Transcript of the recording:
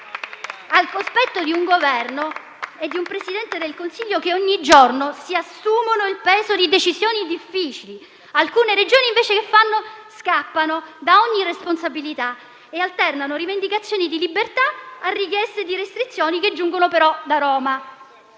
al cospetto di un Governo e di un Presidente del Consiglio che ogni giorno si assumono il peso di decisioni difficili. Alcune Regioni, invece, scappano da ogni responsabilità e alternano rivendicazioni di libertà a richieste di restrizioni che giungono però da Roma.